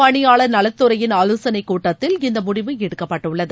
பணியாளர் நலத்துறையின் ஆலோசனைக் கூட்டத்தில் இந்தமுடிவு எடுக்கப்பட்டுள்ளது